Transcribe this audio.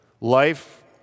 Life